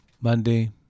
Monday